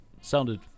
sounded